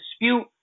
dispute